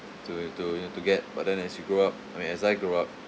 to to you know to get but then as you grow up I mean as I grow up